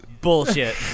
Bullshit